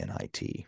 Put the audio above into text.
NIT